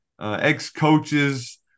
ex-coaches